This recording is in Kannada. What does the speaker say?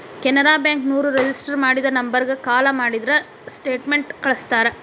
ಕೆನರಾ ಬ್ಯಾಂಕ ನೋರು ರಿಜಿಸ್ಟರ್ ಮಾಡಿದ ನಂಬರ್ಗ ಕಾಲ ಮಾಡಿದ್ರ ಸ್ಟೇಟ್ಮೆಂಟ್ ಕಳ್ಸ್ತಾರ